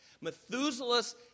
Methuselah's